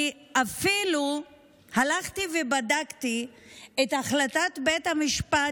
אני אפילו הלכתי ובדקתי את החלטת בית המשפט